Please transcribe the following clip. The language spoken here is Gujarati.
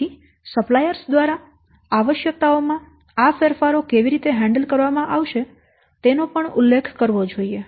તેથી સપ્લાયર્સ દ્વારા આવશ્યકતાઓ માં આ ફેરફારો કેવી રીતે હેન્ડલ કરવામાં આવશે તેનો પણ ઉલ્લેખ કરવો જોઈએ